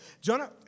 Jonah